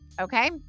okay